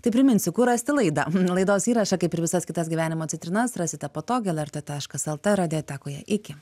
tai priminsiu kur rasti laidą laidos įrašą kaip ir visas kitas gyvenimo citrinas rasite patogiai lrt taškas lt radiotekoje iki